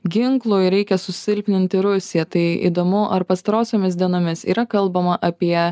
ginklų ir reikia susilpninti rusiją tai įdomu ar pastarosiomis dienomis yra kalbama apie